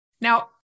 Now